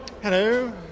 Hello